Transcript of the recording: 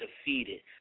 defeated